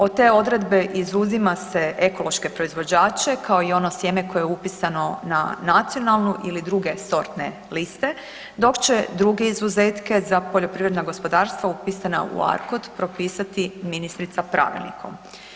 Od te odredbe izuzima se ekološke proizvođače kao i ono sjeme koje je upisano na nacionalnu ili druge sortne liste dok će drugi izuzetke za poljoprivredna gospodarstva upisana u ARKOD propisati ministrica pravilnikom.